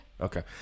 Okay